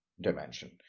dimension